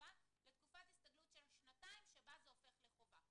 לחובה לתקופת הסתגלות של שנתיים שבה זה הופך לחובה.